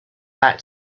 back